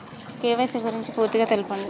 KYC గురించి పూర్తిగా తెలపండి?